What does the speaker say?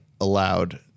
allowed